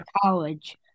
college